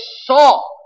saw